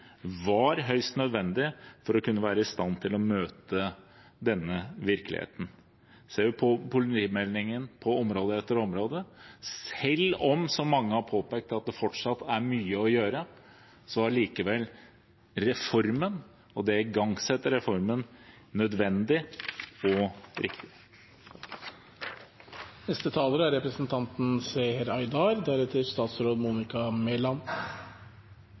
var høyst nødvendig for å kunne være i stand til å møte denne virkeligheten. Av politimeldingen kan vi se, på område etter område, at selv om – som mange har påpekt – det fortsatt er mye å gjøre, var likevel reformen, og det å igangsette den, nødvendig og